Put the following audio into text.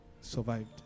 survived